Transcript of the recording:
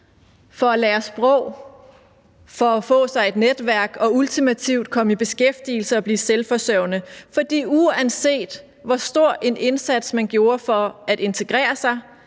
for at lære sprog, for at få sig et netværk og ultimativt komme i beskæftigelse og blive selvforsørgende, for uanset hvor stor en indsats man gjorde for at integrere sig,